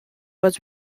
was